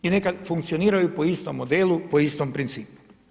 I neka funkcioniraju po istom modelu, po istom principu.